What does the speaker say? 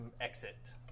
exit